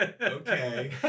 Okay